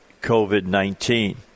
COVID-19